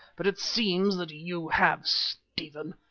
but it seems that you have, stephen.